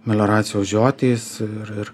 melioracijos žiotys ir ir